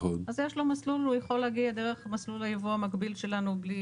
אז יש לו מסלול והוא יכול להגיע דרך מסלול היבוא המקביל שלנו.